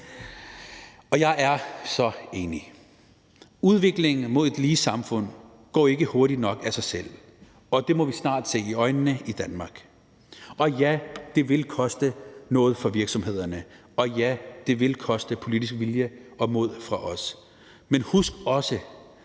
Jeg er så enig. Udviklingen mod et lige samfund går ikke hurtigt nok af sig selv, og det må vi snart se i øjnene i Danmark. Og ja, det vil koste noget for virksomhederne, og ja, det vil koste politisk vilje og mod fra os. Men husk også,